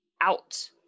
out